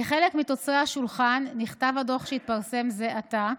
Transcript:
כחלק מתוצרי השולחן נכתב הדוח שהתפרסם זה עתה.